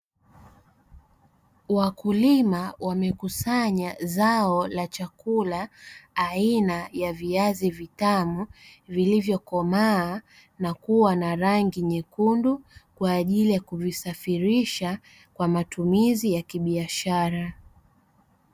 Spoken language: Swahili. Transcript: Wakulima wamekusanya zao la chakula aina ya viazi vitamu vilivyokomaa na kuwa na rangi nyekundu, kwa ajili ya kuvisafirisha kwa matumizi ya kibiashara.